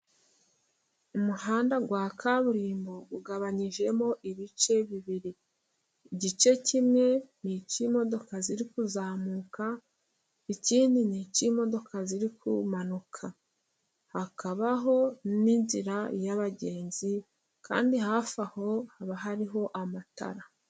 Umuhanda wa kaburimbo ugabanyijemo ibice bibiri. igice kimwe ni icy'imodoka ziri kuzamuka, ikindi ni icy'imodoka ziri ku manuka. Hakabaho n'inzira y'abagenzi kandi hafi aho haba hariho amatara.